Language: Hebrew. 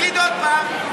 תגיד עוד פעם,